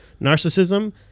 narcissism